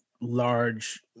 large